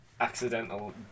accidental